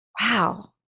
wow